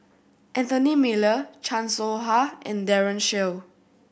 Anthony Miller Chan Soh Ha and Daren Shiau